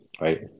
right